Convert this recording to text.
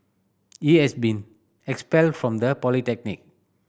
he has been expelled from the polytechnic